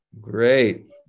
great